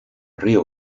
río